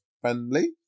friendly